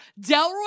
Delroy